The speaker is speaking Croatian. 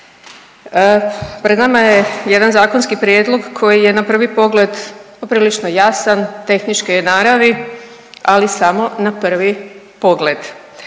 Pred nama je jedan zakonski prijedlog koji je na prvi pogled poprilično jasan, tehničke je naravi, ali samo na prvi pogled.